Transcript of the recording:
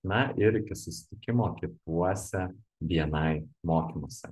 na ir iki susitikimo kituose bni mokymuose